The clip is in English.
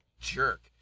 jerk